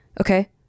Okay